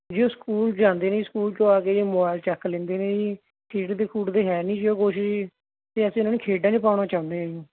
ਜੀ ਉਹ ਸਕੂਲ ਜਾਂਦੇ ਨੇ ਸਕੂਲ ਤੋਂ ਆ ਕੇ ਮੋਬਾਇਲ ਚੱਕ ਲੈਂਦੇ ਨੇ ਜੀ ਖੇਡਦੇ ਖੂਡਦੇ ਹੈ ਨਹੀਂ ਜੀ ਉਹ ਕੁਛ ਵੀ ਅਤੇ ਅਸੀਂ ਉਹਨਾਂ ਨੂੰ ਖੇਡਾਂ 'ਚ ਪਾਉਣਾ ਚਾਹੁੰਦੇ ਹਾਂ ਜੀ